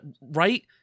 right